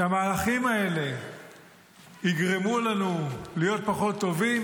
שהמהלכים האלה יגרמו לנו להיות פחות טובים?